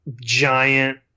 giant